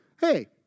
hey